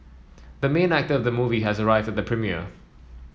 the main actor of the movie has arrived at the premiere